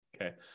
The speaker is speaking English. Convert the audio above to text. Okay